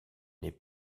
n’est